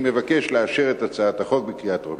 אני מבקש לאשר את הצעת החוק בקריאה טרומית.